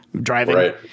driving